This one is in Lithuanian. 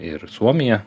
ir suomija